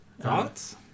thoughts